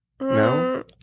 no